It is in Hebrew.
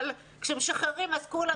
אבל כשמשחררים כולם נמצאים ברחובות.